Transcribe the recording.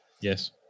Yes